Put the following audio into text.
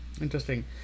Interesting